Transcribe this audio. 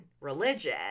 religion